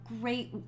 great